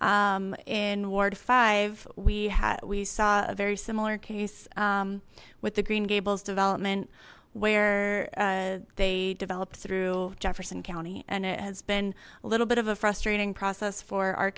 in ward five we had we saw a very similar case with the green gables development where they developed through jefferson county and it has been a little bit of a frustrating process for our